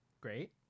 great